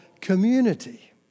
community